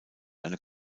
eine